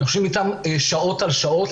אנחנו יושבים איתם שעות על גבי שעות,